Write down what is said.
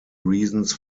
reasons